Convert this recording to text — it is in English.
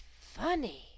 funny